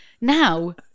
Now